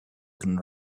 can